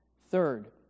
Third